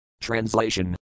Translation